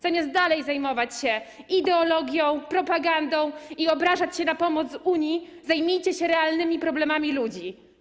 Zamiast dalej zajmować się ideologią, propagandą i obrażać się na pomoc z Unii, zajmijcie się realnymi problemami ludzi.